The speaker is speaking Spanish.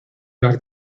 las